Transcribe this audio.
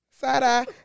Sada